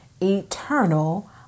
eternal